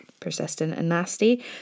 PersistentAndNasty